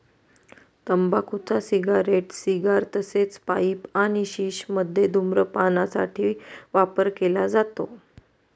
तंबाखूचा cigarette, cigar तसेच pipe आणि शिश मध्ये धूम्रपान साठी वापर केला जातो